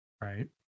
right